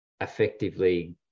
effectively